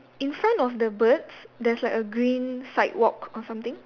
in front of the birds there's like a green sidewalk or something